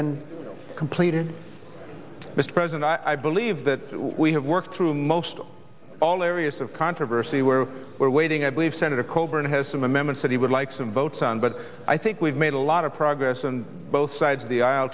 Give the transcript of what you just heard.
been completed mr president i believe that we have worked through most of all areas of controversy where we're waiting i believe senator coburn has some amendments that he would like some votes on but i think we've made a lot of progress and both sides of the aisle